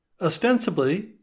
ostensibly